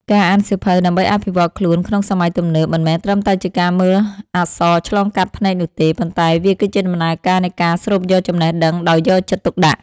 ការអានសៀវភៅដើម្បីអភិវឌ្ឍខ្លួនក្នុងសម័យទំនើប មិនមែនត្រឹមតែជាការមើលអក្សរឆ្លងកាត់ភ្នែកនោះទេ ប៉ុន្តែវាគឺជាដំណើរការនៃការស្រូបយកចំណេះដឹងដោយយកចិត្តទុកដាក់។